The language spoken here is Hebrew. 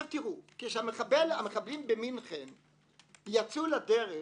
כשהמחבלים במינכן יצאו לדרך,